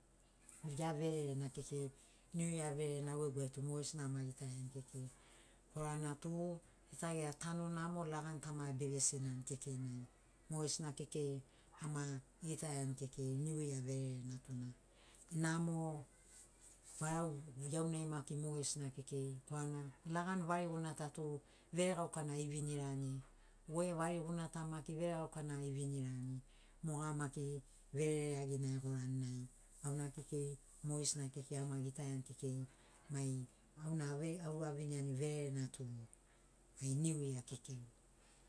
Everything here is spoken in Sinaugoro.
Niu ya vererena kekei niu ya vererena au gegu ai tu mogesina ama gitaiani kekei korana tu gita gera tanu namo lagani ta ma beve sinani kekei nai mogesina kekei ama gitaiani kekei niu ya vererena tuna namo barau iaunai maki mogesina kekei korana lagani variguna ta tu veregauka na evinirani we variguna ta maki veregaukana evinirani moga maki verere iagina egorani nai auna kekei mogesina kekei ama gitaiani kekei mai auna aura viniani vererena tu mai niu ya kekei